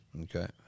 Okay